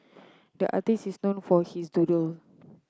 the artist is known for his doodle